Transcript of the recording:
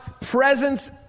presence